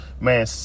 man